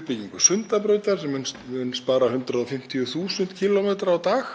uppbyggingu Sundabrautar sem mun spara 150.000 km á dag